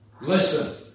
Listen